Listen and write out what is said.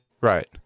Right